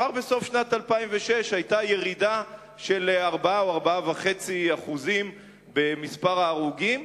כבר בסוף שנת 2006 היתה ירידה של 4% או 4.5% במספר ההרוגים.